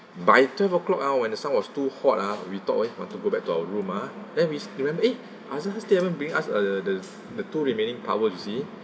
by twelve o'clock ah when the sun was too hot ah we thought eh want to go back to our room ah then we remember eh azarhar still haven't bring us a the the two remaining towels you see